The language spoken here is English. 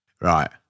Right